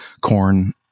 corn